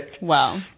Wow